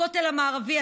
הכותל המערבי,